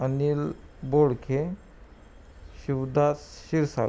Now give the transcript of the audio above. Anil Bodke Shivdas Kshirsagar